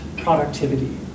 productivity